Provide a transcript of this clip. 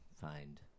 find